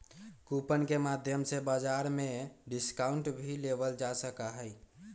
coupon के माध्यम से बाजार में डिस्काउंट भी लेबल जा सका हई